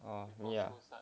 oh me ah